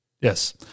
Yes